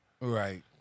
Right